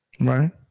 Right